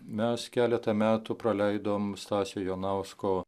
mes keletą metų praleidom stasio jonausko